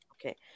Okay